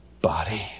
body